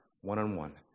one-on-one